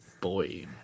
boy